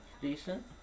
Decent